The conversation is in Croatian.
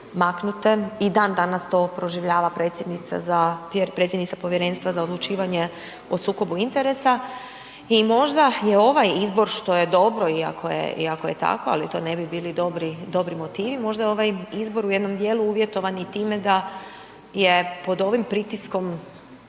i dan danas to proživljava predsjednica za, predsjednica Povjerenstva za odlučivanje o sukobu interesa i možda je ovaj izbor, što je dobro, i ako je tako, ali to ne bi bili dobri motivi, možda je ovaj izbor u jednom dijelu uvjetovat i time da je pod ovim pritiskom